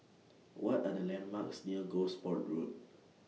What Are The landmarks near Gosport Road